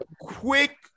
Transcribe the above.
quick